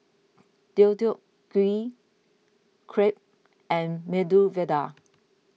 Deodeok Gui Crepe and Medu Vada